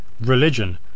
religion